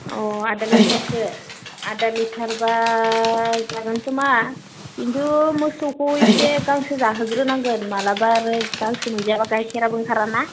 अ आदा लिटारसो आदा लिटारब्ला जागोनखोमा खिन्थु मोसौखौ एसे गांसो जाहोग्रोनांगोन माब्लाबा आरो गांसो मोनजायाब्ला गाइखेराबो ओंखाराना